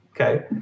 okay